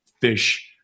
fish